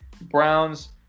Browns